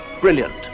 Brilliant